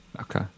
okay